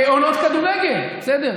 עונות כדורגל, בסדר?